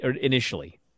initially